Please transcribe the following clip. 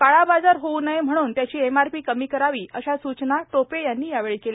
काळा बाजार होऊ नये म्हणून त्याची एमआरपी कमी करावी अशा सूचना टोपे यांनी यावेळी केल्या